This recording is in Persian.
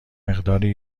مقداری